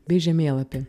bei žemėlapį